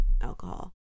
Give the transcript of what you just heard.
alcohol